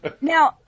Now